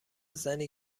زنی